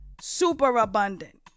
superabundant